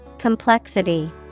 Complexity